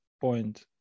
point